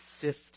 sift